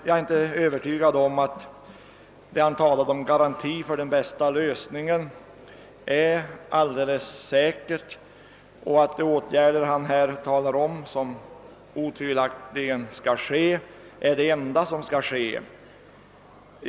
Jag är inte övertygad om att det han sade om garanti på den bästa lösningen är alldeles riktigt och tror inte att de åtgärder han nämnde, som otvivelaktigt måste genomföras, är de enda som kan komma i fråga.